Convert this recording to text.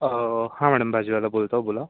अंहं हा मॅडम भाजीवाला बोलतोय बोला